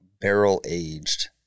barrel-aged